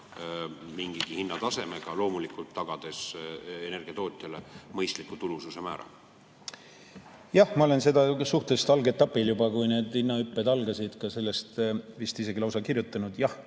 mingigi hinnatasemega, loomulikult tagades energiatootjale mõistliku tulususe määra? Jah, ma olen sellest suhteliselt algetapil, kui need hinnahüpped algasid, vist isegi kirjutanud. Jah,